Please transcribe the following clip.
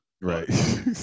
Right